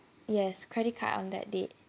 yes credit card on that date